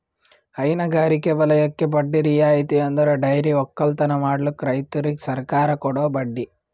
ಹೈನಗಾರಿಕೆ ವಲಯಕ್ಕೆ ಬಡ್ಡಿ ರಿಯಾಯಿತಿ ಅಂದುರ್ ಡೈರಿ ಒಕ್ಕಲತನ ಮಾಡ್ಲುಕ್ ರೈತುರಿಗ್ ಸರ್ಕಾರ ಕೊಡೋ ಬಡ್ಡಿ